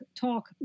talk